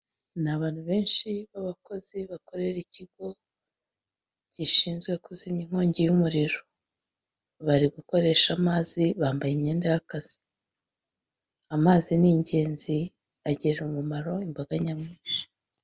Ni abantu benshi b'abakozi bakorera ikigo gishinzwe kuzimya inkongi y'umuriro. Bari gukoresha amazi bambaye imyenda y'akazi. Amazi ni ingenzi agirira umumaro imbaga nyamwinshi.